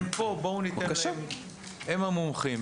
הם פה, בואו ניתן להם, הם המומחים.